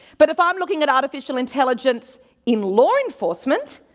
but if i'm looking at artificial intelligence in law enforcement,